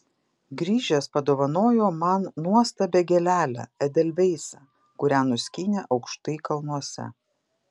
grįžęs padovanojo man nuostabią gėlelę edelveisą kurią nuskynė aukštai kalnuose